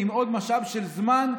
ועם עוד משאב של זמן,